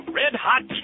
red-hot